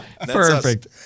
Perfect